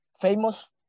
famous